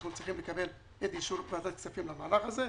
אנחנו צריכים לקבל את אישור ועדת כספים למהלך הזה.